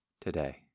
today